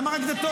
למה רק דתות?